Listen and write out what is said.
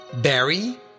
Barry